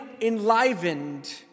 enlivened